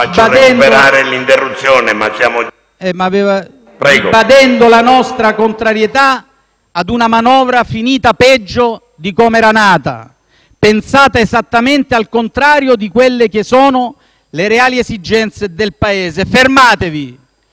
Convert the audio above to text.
giorni precedenti in Commissione, ribadendo la nostra contrarierà ad una manovra finita peggio di come era nata, pensata esattamente al contrario di quelle che sono le reali esigenze del Paese. Fermatevi!